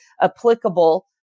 applicable